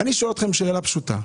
אני שואל אתכם שאלה פשוטה,